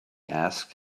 asked